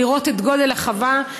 לראות את גודל החווה,